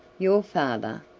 your father,